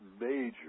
major